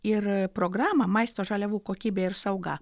ir programą maisto žaliavų kokybė ir sauga